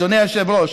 אדוני היושב-ראש,